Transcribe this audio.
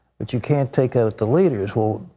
but you can't take out the leaders. well,